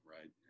right